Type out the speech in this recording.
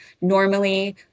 normally